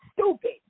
stupid